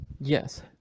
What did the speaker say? Yes